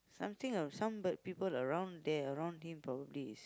something of some bad people around there around him probably is